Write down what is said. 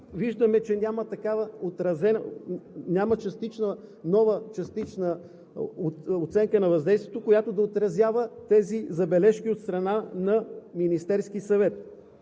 виждаме, че няма отразена нова частична оценка на въздействието, която да отразява тези забележки от страна на Министерския съвет.